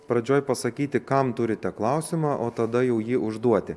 pradžioj pasakyti kam turite klausimą o tada jau jį užduoti